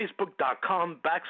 facebook.com/backslash